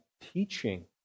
teaching